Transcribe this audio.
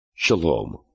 Shalom